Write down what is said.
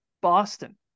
Boston